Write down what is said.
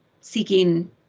seeking